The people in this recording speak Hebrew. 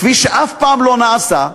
כפי שאף פעם לא נעשה,